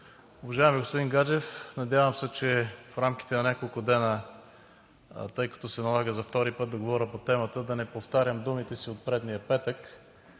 Уважаеми господин Гаджев, надявам се, че в рамките на няколко дни – тъй като се налага за втори път да говоря по темата, да не повтарям думите си от предния петък,